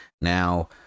Now